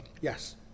yes